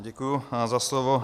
Děkuji za slovo.